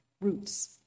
Roots